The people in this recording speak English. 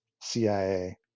CIA